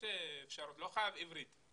לא חייב עברית.